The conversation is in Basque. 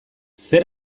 zer